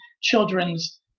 children's